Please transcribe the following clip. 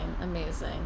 amazing